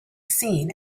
seen